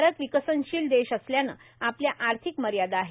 भारत विकसनशील देश असल्याने आपल्या आर्थिक मर्यादा आहेत